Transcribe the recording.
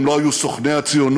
הם לא היו סוכני הציונות,